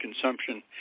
consumption